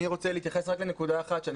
אני רוצה להתייחס רק לנקודה אחת שאני